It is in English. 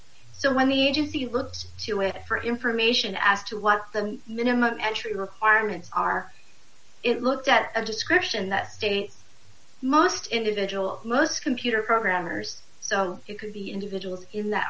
so when the agency looks to it for information as to what the minimum entry requirements are it looked at a description that states must individual most computer programmers so because the individuals in that